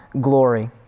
glory